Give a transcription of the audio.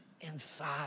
inside